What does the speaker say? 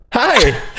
hi